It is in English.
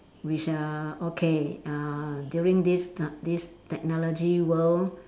which are okay uh during this ti~ this technology world